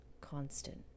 constant